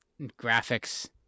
graphics